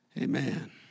amen